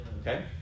Okay